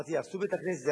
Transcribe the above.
אמרתי: יהרסו בית-כנסת?